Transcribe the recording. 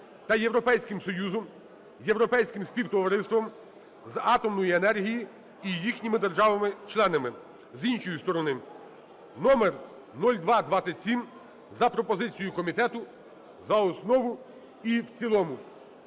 та Європейським Союзом, Європейським співтовариством з атомної енергії і їхніми державами-членами, з іншої сторони (№ 0227) за пропозицією комітету за основу і в цілому.